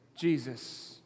Jesus